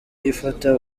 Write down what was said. yifata